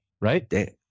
right